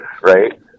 Right